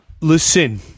Listen